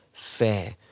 Fair